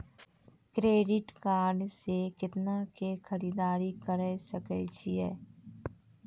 Credit card से कितना के खरीददारी करे सकय छियै?